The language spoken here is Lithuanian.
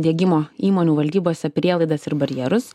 diegimo įmonių valdybose prielaidas ir barjerus